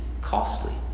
costly